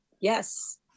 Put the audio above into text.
yes